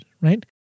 right